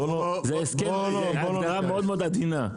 זו הגדרה מאוד מאוד עדינה.